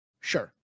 sure